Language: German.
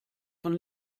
von